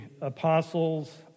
apostles